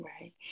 Right